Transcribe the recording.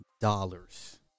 dollars